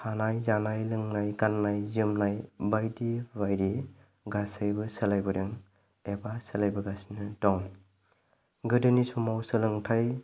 थानाय जानाय लोंनाय गाननाय जोमनाय बायदि बायदि गासैबो सोलायबोदों एबा सोलायबोगासिनो दं गोदोनि समाव सोलोंथाइ